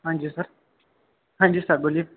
ہاں جی سَر ہاں جی سَر بولیے